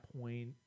point